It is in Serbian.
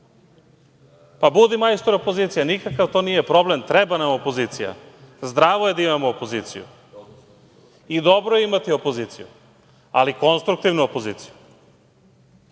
Pa, budi majstor opozicije, nikakav to nije problem, treba nam opozicija, zdravo je da imamo opoziciju i dobro je imati opoziciju, ali konstruktivnu opoziciju